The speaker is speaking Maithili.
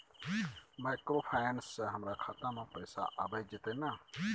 माइक्रोफाइनेंस से हमारा खाता में पैसा आबय जेतै न?